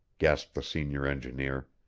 gasped the senior engineer.